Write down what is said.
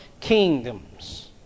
kingdoms